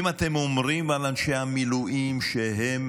אם אתם אומרים על אנשי המילואים שהם